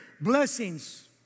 blessings